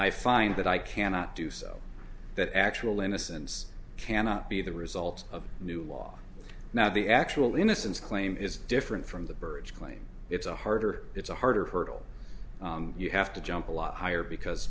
i find that i cannot do so that actual innocence cannot be the result of a new law now the actual innocence claim is different from the bird's claim it's a harder it's a harder hurdle you have to jump a lot higher because